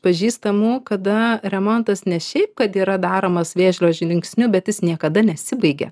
pažįstamų kada remontas ne šiaip kad yra daromas vėžlio žingsniu bet jis niekada nesibaigia